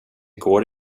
går